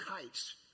kites